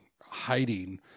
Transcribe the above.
hiding